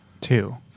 Two